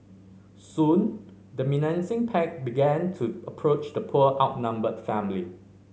soon the menacing pack began to approach the poor outnumbered family